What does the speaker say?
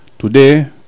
Today